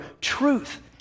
truth